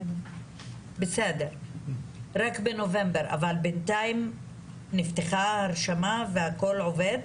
אבל בינתיים נפתחה ההרשמה והכול עובד?